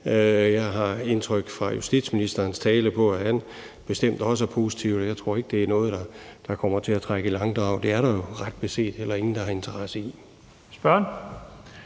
fået det indtryk fra justitsministerens tale, at han bestemt også er positiv, og jeg tror ikke, det er noget, der kommer til at trække i langdrag. Det er der jo ret beset heller ingen der har interesse i.